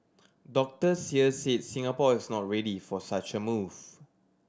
doctors here said Singapore is not ready for such a move